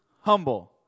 Humble